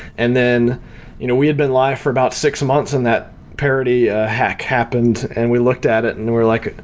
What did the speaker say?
and then you know we had been live for about six months and that parody ah hack happened, and we looked at it and we're like,